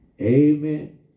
Amen